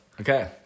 Okay